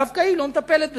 דווקא היא לא מטפלת בזה.